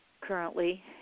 currently